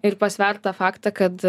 ir pasvert tą faktą kad